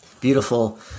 beautiful